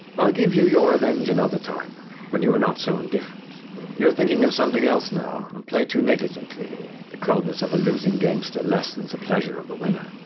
i'll give you your revenge another time, when you are not so indifferent you are thinking of something else now, and play too negligently the coldness of a losing gamester lessens the pleasure of the winner.